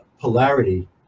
polarity